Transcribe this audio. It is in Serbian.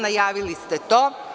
Najavili ste to.